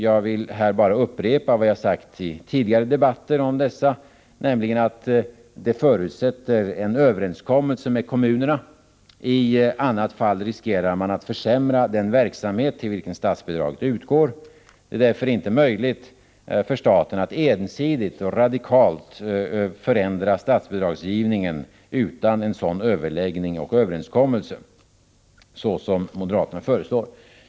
Jag vill här bara upprepa vad jag i tidigare debatter sagt om dessa förslag, nämligen att det förutsätter en överenskommelse med kommunerna. I annat fall riskerar man att försämra den verksamhet till vilken statsbidragen utgår. Det är därför inte möjligt för staten att ensidigt radikalt förändra statsbidragsgivningen, såsom moderaterna föreslår.